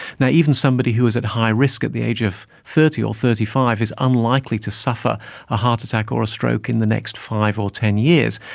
yeah even somebody who was at high risk at the age of thirty or thirty five is unlikely to suffer a heart attack or stroke in the next five or ten years,